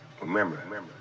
Remember